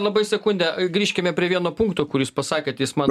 labai sekundę grįžkime prie vieno punkto kurį jūs pasakėt jis man